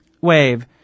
wave